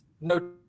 No